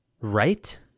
Right